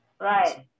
right